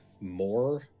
more